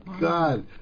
God